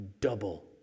double